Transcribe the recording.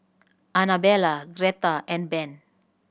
Anabella Gretta and Ben